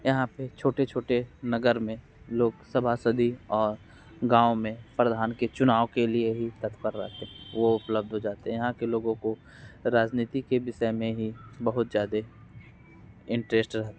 यहाँ पे छोटे छोटे नगर में लोग सभासदी और गाँव में प्रधान के चुनाव के लिए ही तत्पर रहते है वो उपलब्ध हो जाते है यहाँ के लोगों को राजनीति के विषेय में ही बहुत ज़्यादा इन्टरिस्ट रहता है